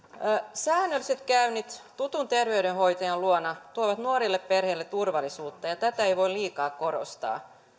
säännölliset käynnit tutun terveydenhoitajan luona tuovat nuorille perheille turvallisuutta ja tätä ei voi liikaa korostaa